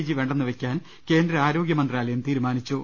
P G വേണ്ടെന്നുവയ്ക്കാൻ കേന്ദ്ര ആരോഗ്യമന്ത്രാലയം തീരുമാനിച്ചു